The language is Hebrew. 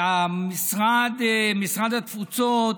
והמשרד, משרד התפוצות,